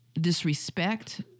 disrespect